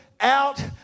out